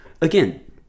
again